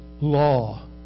law